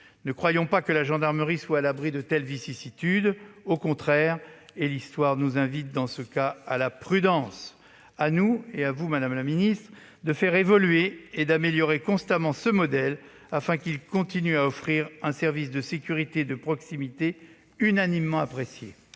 Ne croyons pas que la gendarmerie soit à l'abri de telles vicissitudes ! Au contraire, l'histoire nous invite à la prudence. À nous et à vous, madame la ministre, de faire évoluer ce modèle et de l'améliorer constamment, afin qu'il continue à offrir un service de sécurité de proximité unanimement apprécié